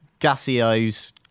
Gassios